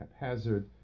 haphazard